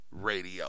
Radio